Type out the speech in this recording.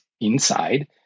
inside